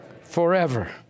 forever